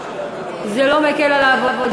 זה לא מקל על העבודה